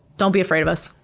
don't be afraid of us.